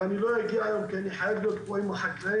ולא אגיע היום כי אני חייב להיות עם החקלאים